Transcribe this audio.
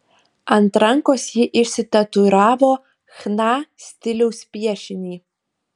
ant rankos ji išsitatuiravo chna stiliaus piešinį